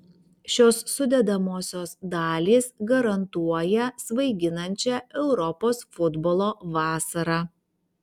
šios sudedamosios dalys garantuoja svaiginančią europos futbolo vasarą